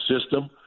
system